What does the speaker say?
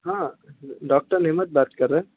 ہاں ڈاکٹر نعمت بات کر رہے ہیں